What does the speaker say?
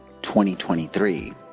2023